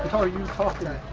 are you?